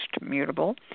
mutable